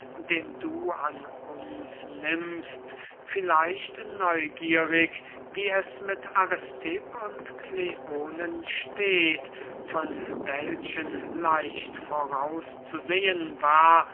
den du an uns nimmst vielleicht neugierig wie es mit aristipp und kleonen steht von welchen leicht voraus zu sehen war